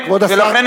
לכן,